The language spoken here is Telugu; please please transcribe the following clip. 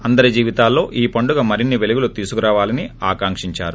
అందరి జీవితాల్లో ఈ పండుగ మరిన్పి పెలుగులు తీసుకురావాలని ఆకాంక్షేంచారు